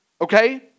Okay